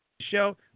show